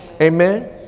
Amen